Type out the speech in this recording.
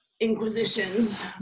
inquisitions